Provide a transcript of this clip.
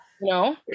No